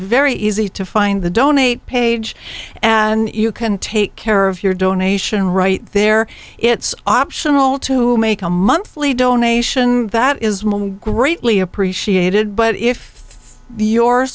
very easy to find the donate page and you can take care of your donation right there it's optional to make a monthly donation that is greatly appreciated but if your